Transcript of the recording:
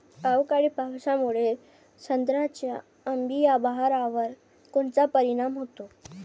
अवकाळी पावसामुळे संत्र्याच्या अंबीया बहारावर कोनचा परिणाम होतो?